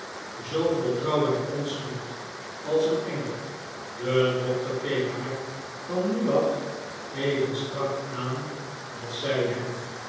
zoo vol trouw en onschuld als een engel de doctor keek haar van nu af even strak aan als zij hem